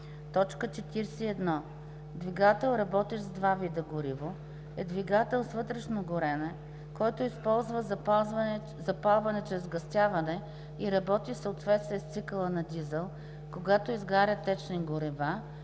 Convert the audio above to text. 41. „Двигател, работещ с два вида гориво“ е двигател с вътрешно горене, който използва запалване чрез сгъстяване и работи в съответствие с цикъла на Дизел, когато изгаря течни горива,